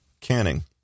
Canning